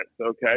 okay